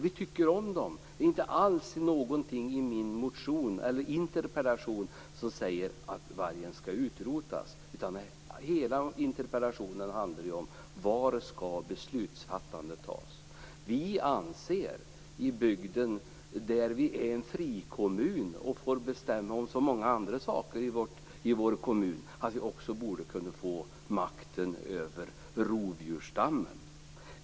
Vi tycker om dem. Det finns ingenting alls i min interpellation som säger att vargen skall utrotas, utan hela interpellationen handlar om var beslutsfattandet skall ske. Vi i bygden anser att eftersom vi är en frikommun och får bestämma om så många andra saker i vår kommun borde vi också kunna få makten över rovdjursstammen.